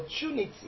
opportunity